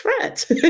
threat